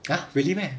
ha really meh